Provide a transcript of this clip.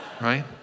right